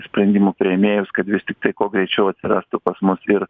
sprendimų priėmėjus kad vis tiktai kuo greičiau atsirastų pas mus ir